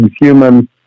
human